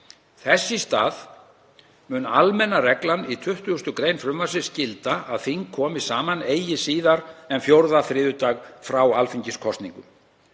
Þess í stað mun almenna reglan í 20. gr. frumvarpsins gilda að þing komi saman eigi síðar en fjórða þriðjudag frá alþingiskosningum.